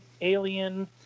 alien